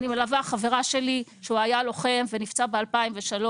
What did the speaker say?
אני מלווה חברה שלי, הוא היה לוחם ונפצע ב-2003.